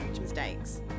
mistakes